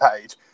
page